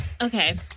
Okay